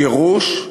גירוש,